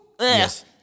Yes